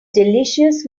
delicious